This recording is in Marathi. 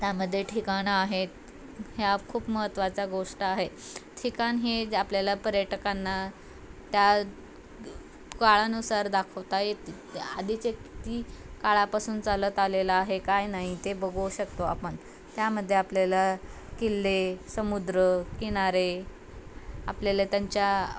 त्यामध्ये ठिकाणं आहेत ह्या खूप महत्वाचा गोष्ट आहे ठिकाणं हे ज आपल्याला पर्यटकांना त्या काळानुसार दाखवता येत आदीचे किती काळापासून चालत आलेला आहे काय नाही ते बगवू शकतो आपन त्यामध्ये आपल्याला किल्ले समुद्र किनारे आपल्याला त्यांच्या